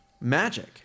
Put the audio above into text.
magic